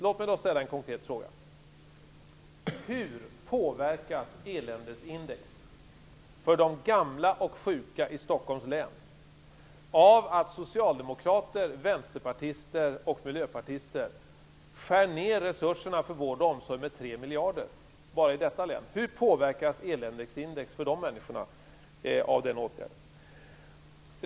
Låt mig ställa en konkret fråga: Hur påverkas eländesindex för de gamla och sjuka i Stockholms län av att socialdemokrater, vänsterpartister och miljöpartister skär ned resurserna för vård och omsorg med 3 miljarder bara i detta län? Hur påverkas eländesindex för de människorna av den åtgärden?